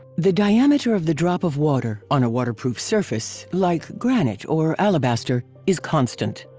the diameter of the drop of water on a waterproof surface, like granite or alabaster, is constant.